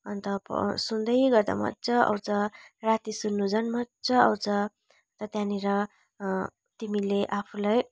अन्त प सुन्दै गर्दा मजा आउँछ राति सुन्नु झन् मजा आउँछ त त्यहाँनिर तिमीले आफूलाई